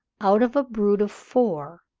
out of a brood of four,